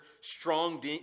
strong